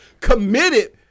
committed